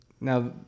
Now